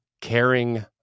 caring